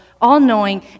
all-knowing